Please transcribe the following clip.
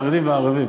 חרדים וערבים,